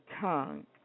tongue